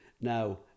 now